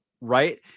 right